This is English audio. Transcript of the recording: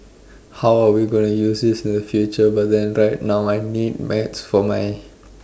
how are we gonna use this in the future but then right now I need maths for my